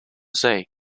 jose